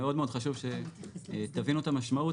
מאוד חשוב שתבינו את המשמעות.